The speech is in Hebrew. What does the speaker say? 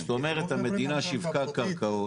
זאת אומרת, המדינה שיווקה קרקעות.